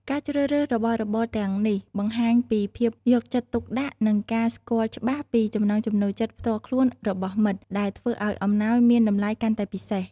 ការជ្រើសរើសរបស់របរទាំងនេះបង្ហាញពីភាពយកចិត្តទុកដាក់ និងការស្គាល់ច្បាស់ពីចំណង់ចំណូលចិត្តផ្ទាល់ខ្លួនរបស់មិត្ត ដែលធ្វើឲ្យអំណោយមានតម្លៃកាន់តែពិសេស។